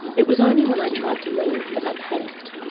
it was only when i tried to move that i panicked.